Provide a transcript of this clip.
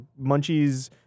Munchies